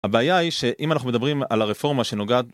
הבעיה היא שאם אנחנו מדברים על הרפורמה שנוגעת